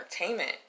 entertainment